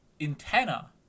antenna